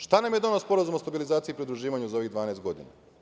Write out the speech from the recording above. Šta nam je doneo Sporazum o stabilizaciji i pridruživanju za ovih 12 godina?